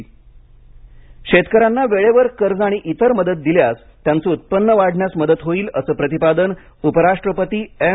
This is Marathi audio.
व्यंकय्या नायड् शेतकऱ्यांना वेळेवर कर्ज आणि इतर मदत दिल्यास त्यांचे उत्पन्न वाढण्यास मदत होईल असं प्रतिपादन उपराष्ट्रपती एम